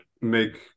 make